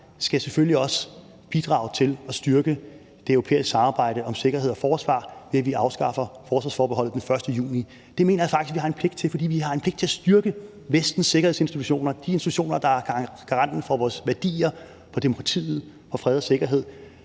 også bidrage til at styrke det europæiske samarbejde om sikkerhed og forsvar, ved at vi afskaffer forsvarsforbeholdet den 1. juni. Det mener jeg faktisk at vi har en pligt til, for vi har en pligt til at styrke Vestens sikkerhedsinstitutioner og de institutioner, der er garanten for vores værdier, demokratiet og fred og sikkerhed.